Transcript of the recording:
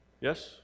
Yes